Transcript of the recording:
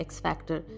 X-factor